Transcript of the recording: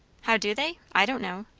how do they? i don't know.